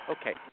Okay